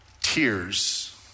Tears